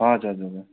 हजुर हजुर हजुर